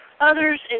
others